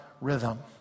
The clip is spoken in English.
rhythm